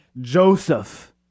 Joseph